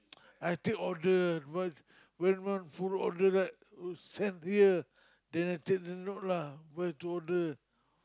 I take order but when want follow order right then send beer then I take the note lah where to order